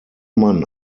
mann